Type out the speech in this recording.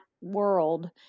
world